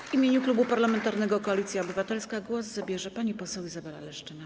W imieniu Klubu Parlamentarnego Koalicja Obywatelska głos zabierze pani poseł Izabela Leszczyna.